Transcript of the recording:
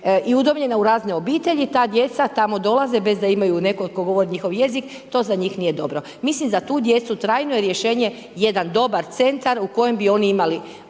i udomljena u razne obitelji, ta djeca tamo dolaze bez da imaju nekog tko govori njihov jezik to za njih nije dobro. Mislim za tu djecu trajno je rešenje jedan dobar centar u kojem bi oni imali